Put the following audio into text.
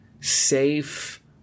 safe